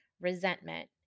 resentment